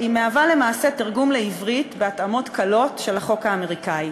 מהווה למעשה תרגום לעברית בהתאמות קלות של החוק האמריקני.